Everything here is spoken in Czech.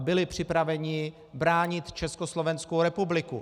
Byli připraveni bránit Československou republiku.